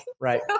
Right